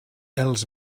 els